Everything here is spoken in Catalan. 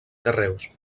carreus